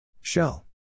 Shell